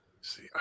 see